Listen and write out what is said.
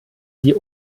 die